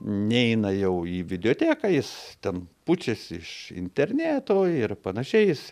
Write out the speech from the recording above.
neina jau į videoteką jis ten pučiasi iš interneto ir panašiai jis